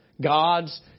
God's